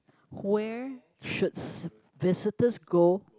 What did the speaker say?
where should visitors go